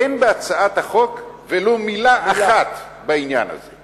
אין בהצעת החוק ולו מלה אחת בעניין הזה.